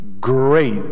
great